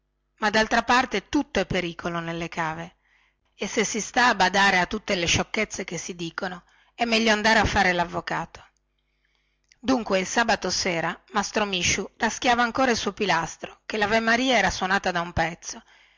ma daltra parte tutto è pericolo nelle cave e se si sta a badare a tutte le sciocchezze che si dicono è meglio andare a fare lavvocato adunque il sabato sera mastro misciu raschiava ancora il suo pilastro che lavemaria era suonata da un pezzo